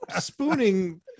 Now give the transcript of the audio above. spooning